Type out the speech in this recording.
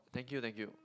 thank you thank you